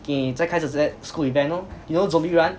给你再开始这个 school event lor you know zombie run